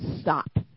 stop